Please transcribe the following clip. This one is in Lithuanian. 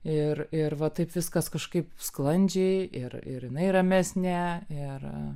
ir ir va taip viskas kažkaip sklandžiai ir ir jinai ramesnė ir